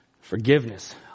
forgiveness